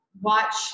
watch